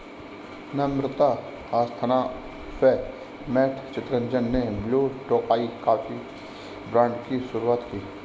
नम्रता अस्थाना व मैट चितरंजन ने Blue Tokai coffee brand की शुरुआत की